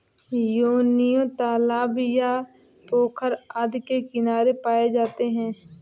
योनियों तालाब या पोखर आदि के किनारे पाए जाते हैं